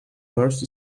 fast